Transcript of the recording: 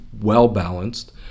well-balanced